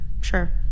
Sure